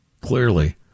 Clearly